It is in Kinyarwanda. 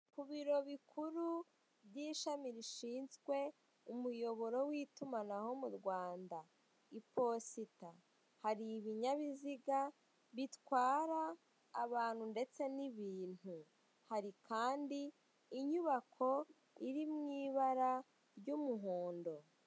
Ibiro bikuru bya ishami rishinzwe umuyoboro wa itumanaho mu Rwanda, Iposita. Hari ibinyabiziga bitwara abantu ndetse na ibintu. Hari kandi inyubako iri mu ibara rya umuhondo.